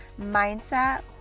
mindset